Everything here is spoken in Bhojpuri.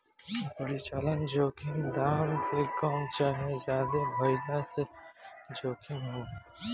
परिचालन जोखिम दाम के कम चाहे ज्यादे भाइला के जोखिम ह